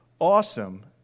awesome